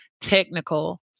technical